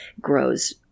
grows